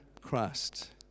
Christ